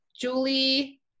Julie